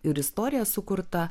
ir istorija sukurta